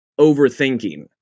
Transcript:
overthinking